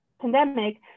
pandemic